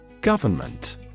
Government